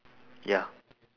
ya